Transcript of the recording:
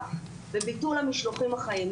מטורף לביטול המשלוחים החיים,